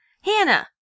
hannah